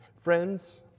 Friends